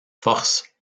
force